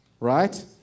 right